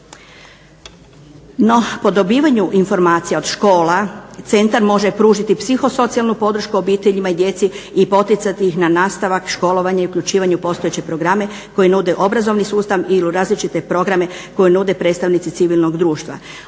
No, po dobivanju informacija od škola centar može pružiti psihosocijalnu podršku obiteljima i djeci i poticati ih na nastavak školovanja i uključivanje u postojeće programe koji nude obrazovni sustav ili u različite programe koji nude predstavnici civilnog društva.